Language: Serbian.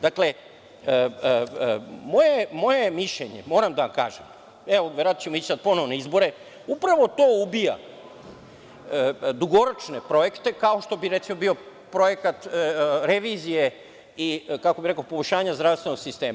Dakle, moje je mišljenje, moram da vam kažem, evo ići ćemo ponovo na izbore, upravo to ubija dugoročne projekte kao što bi recimo bio projekat revizije i kako bih rekao poboljšanja zdravstvenog sistema.